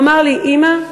הוא אמר לי: אימא,